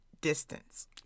distance